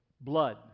blood